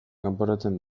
kanporatzen